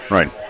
Right